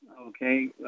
okay